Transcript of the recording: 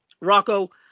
Rocco